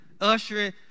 ushering